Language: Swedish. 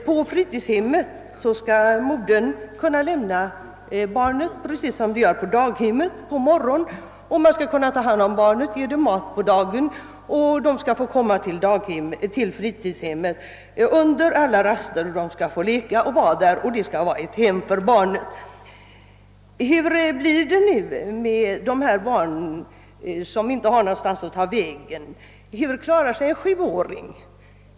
På fritidshemmet skall modern kunna lämna barnet på morgonen. Man skall ta hand om barnen, ge dem mat på dagen, de skall få komma dit under alla raster och leka, de skall få hjälp med läxläsning, och det skall fungera som ett hem för barnen. Hur blir det nu med de barn som inte har någonstans att ta vägen? Hur klarar sig en sjuåring?